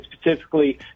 specifically